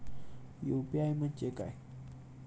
UPI म्हणजे काय?